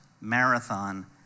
marathon